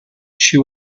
she